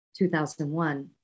2001